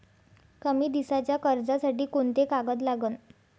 कमी दिसाच्या कर्जासाठी कोंते कागद लागन?